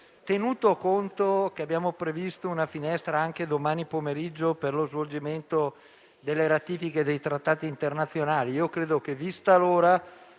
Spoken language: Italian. Tenuto conto che abbiamo previsto una finestra anche domani pomeriggio per lo svolgimento delle ratifiche dei trattati internazionali, credo che vista l'ora